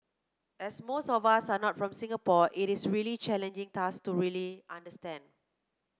as most of us are not from Singapore it is a really challenging task to really understand